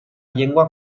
llengua